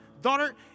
daughter